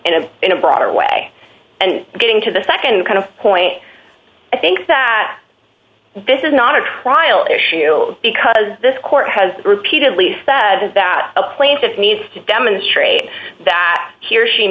and in a broader way and getting to the nd kind of point i think that this is not a trial issue because this court has repeatedly said that the plaintiffs need to demonstrate that he or she